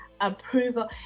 Approval